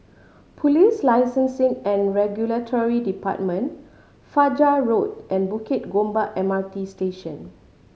Police Licensing and Regulatory Department Fajar Road and Bukit Gombak M R T Station